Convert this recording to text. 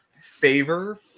favor